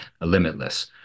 limitless